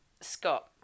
Scott